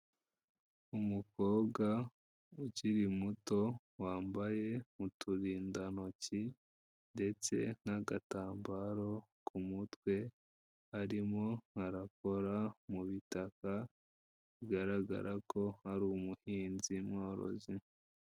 Umukobwa ukiri muto wambaye uturindantoki ndetse n'agatambaro ku mutwe, arimo arakora mu bitaka bigaragara ko hari umuhinzi mworozi.